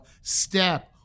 step